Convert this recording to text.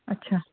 अछा